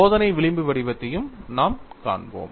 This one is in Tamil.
சோதனை விளிம்பு வடிவத்தையும் நாம் காண்போம்